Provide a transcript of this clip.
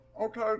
okay